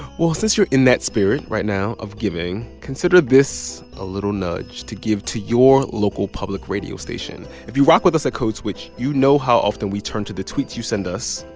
well, since you're in that spirit right now of giving, consider this a little nudge to give to your local public radio station. if you rock with us at code switch, you know how often we turn to the tweets you send us,